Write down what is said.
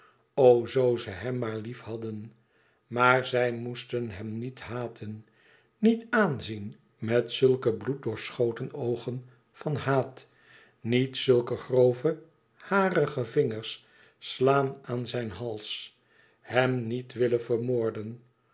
zoo ze hem maar liefhadden maar zij moesten hem niet haten niet aanzien met zulke bloeddoorschoten oogen van haat niet zulke grove harige vingers slaan aan zijn hals hem niet willen vermoorden